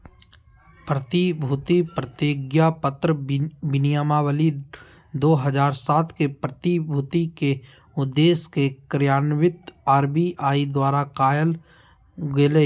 प्रतिभूति प्रतिज्ञापत्र विनियमावली दू हज़ार सात के, प्रतिभूति के उद्देश्य के कार्यान्वित आर.बी.आई द्वारा कायल गेलय